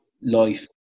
life